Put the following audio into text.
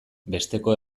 besteko